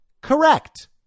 Correct